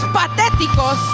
patéticos